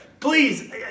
Please